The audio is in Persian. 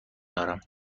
دارم